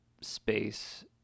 space